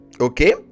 Okay